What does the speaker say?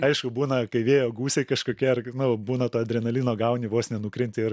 aišku būna kai vėjo gūsiai kažkokie ar g nu būna to adrenalino gauni vos nenukrenti ir